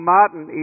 Martin